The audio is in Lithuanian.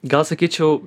gal sakyčiau